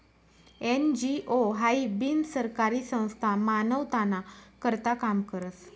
NGO हाई बिनसरकारी संस्था मानवताना करता काम करस